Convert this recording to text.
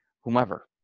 whomever